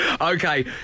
Okay